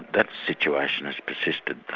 that situation has persisted